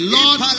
Lord